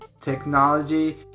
Technology